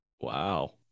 Wow